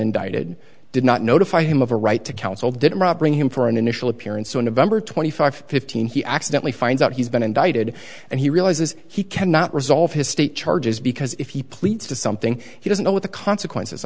indicted did not notify him of a right to counsel didn't rob bring him for an initial appearance on november twenty five fifteen he accidently finds out he's been indicted and he realizes he cannot resolve his state charges because if he pleads to something he doesn't know what the consequences